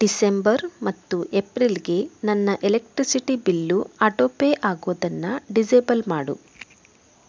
December ಮತ್ತು ಎಪ್ರಿಲ್ಗೆ ನನ್ನ ಎಲೆಕ್ಟ್ರಿಸಿಟಿ ಬಿಲ್ಲು ಆಟೋಪೇ ಆಗೋದನ್ನು ಡಿಸೇಬಲ್ ಮಾಡು